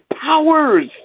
powers